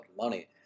money